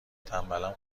تنبلم